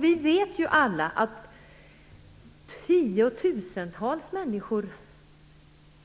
Vi vet ju alla att tiotusentals människor